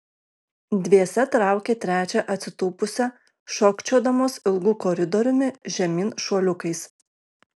dviese traukė trečią atsitūpusią šokčiodamos ilgu koridoriumi žemyn šuoliukais